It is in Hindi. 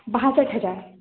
बासठ हज़ार